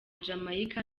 jamaica